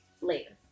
Later